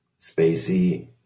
Spacey